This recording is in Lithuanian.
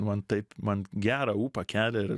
man taip man gerą ūpą kelia ir